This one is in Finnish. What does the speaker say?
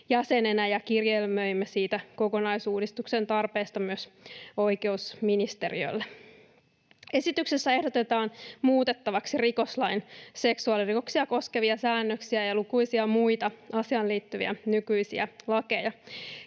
jäsenenä, ja kirjelmöimme siitä kokonaisuudistuksen tarpeesta myös oikeusministeriölle. Esityksessä ehdotetaan muutettavaksi rikoslain seksuaalirikoksia koskevia säännöksiä ja lukuisia muita asiaan liittyviä nykyisiä lakeja.